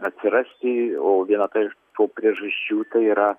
atsirasti viena ta iš to priežasčių tai yra